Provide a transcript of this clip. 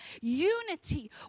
unity